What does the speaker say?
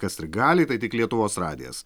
kas ir gali tai tik lietuvos radijas